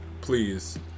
please